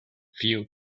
few